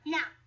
Now